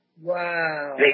Wow